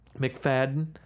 McFadden